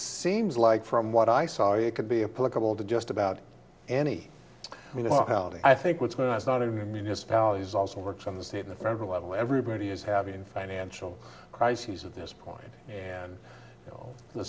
seems like from what i saw you could be a political to just about any i mean i think what's going on is not to municipalities also works on the state and federal level everybody is having financial crises at this point and you know the